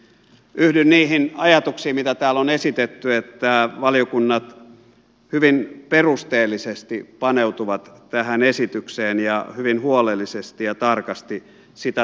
yhdyn niihin ajatuksiin mitä täällä on esitetty että valiokunnat hyvin perusteellisesti paneutuvat tähän esitykseen ja hyvin huolellisesti ja tarkasti sitä tarkastelevat